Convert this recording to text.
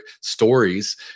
stories